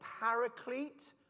paraclete